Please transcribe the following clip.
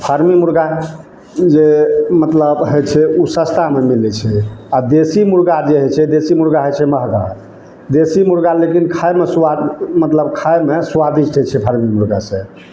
फार्मी मुर्गा जे मतलब होइ छै ओ सस्तामे मिलै छै आ देशी मुर्गा जे होइ छै देशी मुर्गा होइ छै महगा देशी मुर्गा लेकिन खायमे स्वाद मतलब खायमे स्वादिष्ट होइ छै फार्मी मुर्गा से